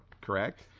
correct